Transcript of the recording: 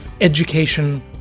education